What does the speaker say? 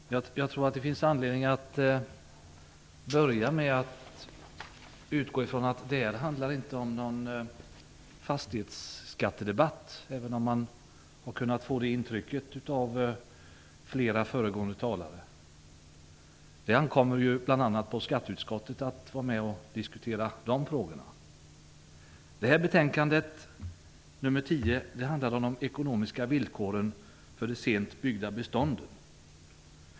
Fru talman! Jag tror att det finns anledning att börja med att utgå från en sak: Det här är inte någon fastighetsskattedebatt, även om man har kunnat få det intrycket av flera föregående talare. Det ankommer bl.a. på skatteutskottet att vara med och diskutera de frågorna. Det här betänkandet, BoU10, handlar om de ekonomiska villkoren för de sent byggda bestånden.